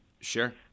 Sure